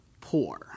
poor